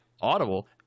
Audible